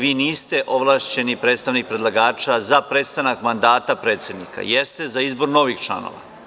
Vi niste ovlašćeni predstavnik predlagača za prestanak mandata predsednika, jeste za izbor novih članova.